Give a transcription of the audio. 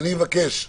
אני מבקש,